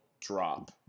drop